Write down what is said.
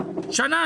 שנה.